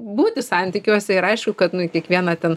būti santykiuose ir aišku kad nu į kiekvieną ten